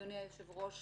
אדוני היושב-ראש,